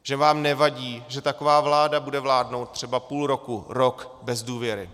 Že vám nevadí, že taková vláda bude vládnout třeba půl roku, rok bez důvěry.